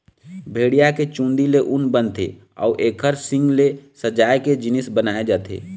भेड़िया के चूंदी ले ऊन बनथे अउ एखर सींग ले सजाए के जिनिस बनाए जाथे